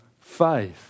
faith